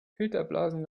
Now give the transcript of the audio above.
filterblasen